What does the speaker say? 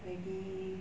lagi